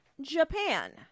Japan